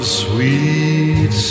sweet